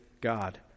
God